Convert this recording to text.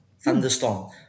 Thunderstorm